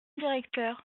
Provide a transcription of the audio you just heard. directeurs